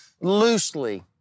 loosely